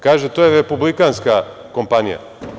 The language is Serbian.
Kaže – to je republikanska kompanija.